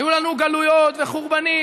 היו לנו גלויות וחורבנות,